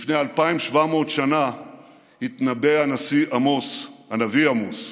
לפני 2,700 שנה התנבא הנביא עמוס: